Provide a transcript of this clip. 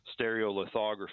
stereolithography